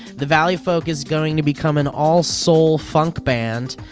the valleyfolk is going to become an all soul-funk band,